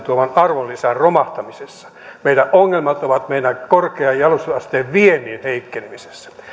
arvonlisän romahtamisessa meidän ongelmamme ovat meidän korkean jalostusasteen viennin heikkenemisessä